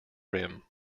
rim